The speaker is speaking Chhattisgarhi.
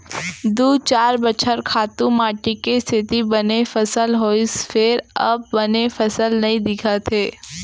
दू चार बछर खातू माटी के सेती बने फसल होइस फेर अब बने फसल नइ दिखत हे